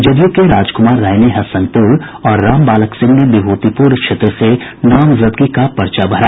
जदयू के राजकुमार राय ने हसनपुर और रामबालक सिंह ने विभूतिपुर क्षेत्र से नामजदगी का पर्चा भरा